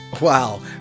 Wow